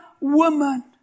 woman